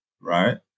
right